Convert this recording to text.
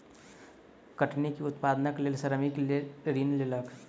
कठिनी के उत्पादनक लेल श्रमिक ऋण लेलक